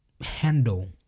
handle